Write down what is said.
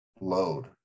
load